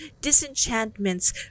disenchantments